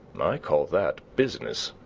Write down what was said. i call that business.